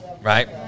Right